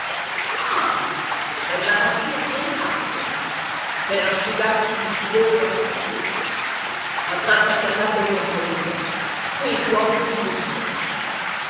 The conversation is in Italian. per la fatica che hai fatto per asciugarti il sudore anche tu attaccati all'abbeveratoio qui fuori dell'uscio